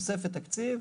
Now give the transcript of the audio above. תוספת התקציב